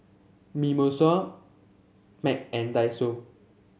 Mimosa Mac and Daiso